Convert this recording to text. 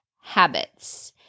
habits